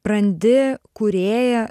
brandi kūrėja